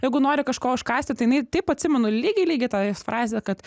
jeigu nori kažko užkąsti tai jinai taip atsimenu lygiai lygiai tą jos frazę kad